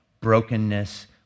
brokenness